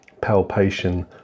palpation